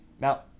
Now